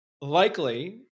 likely